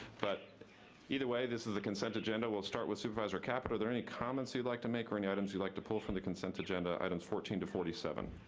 but either way this is the consent agenda. we'll start with supervisor caput. there any comments you'd like to make or any items you'd like to pull from the consent agenda, items fourteen to forty seven?